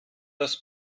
das